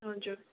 हजुर